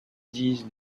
dix